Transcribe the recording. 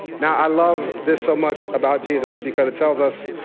now i love this so much about jesus because it tells us